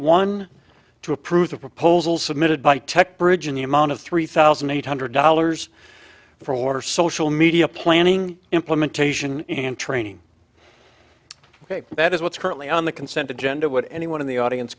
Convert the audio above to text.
one to approve the proposal submitted by tech bridge in the amount of three thousand eight hundred dollars for social media planning implementation and training that is what's currently on the consent agenda would anyone in the audience